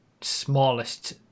Smallest